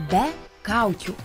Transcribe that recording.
be kaukių